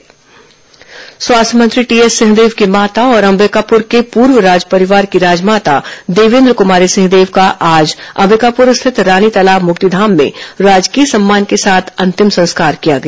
देवेंद्र कुमारी सिंहदेव अंतिम संस्कार स्वास्थ्य मंत्री टीएस सिंहदेव की माता और अंबिकापुर के पूर्व राजपरिवार की राजमाता देवेन्द्र कुमारी सिंहदेव का आज अंबिकापुर स्थित रानीतालाब मुक्तिधाम में राजकीय सम्मान के साथ अंतिम संस्कार किया गया